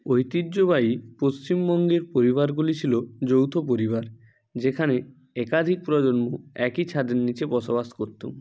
ঐতিহ্যবাহী পশ্চিমবঙ্গের পরিবারগুলি ছিল যৌথ পরিবার যেখানে একাধিক প্রজন্ম একই ছাদের নীচে বসবাস করত